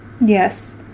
Yes